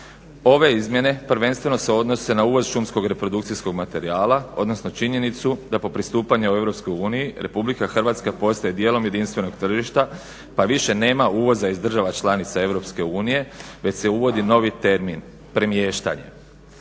Ove izmjene prvenstveno se odnose na uvoz šumskog reprodukcijskog materijala, odnosno činjenicu da po pristupanju u EU Republika Hrvatska postaje dijelom jedinstvenog tržišta pa više nema uvoza iz država članica EU već se uvodi novi termin premještanje.